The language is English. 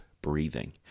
breathing